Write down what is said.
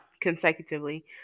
consecutively